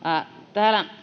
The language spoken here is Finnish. täällä